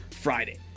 Friday